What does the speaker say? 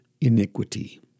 Iniquity